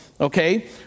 Okay